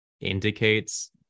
indicates